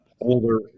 older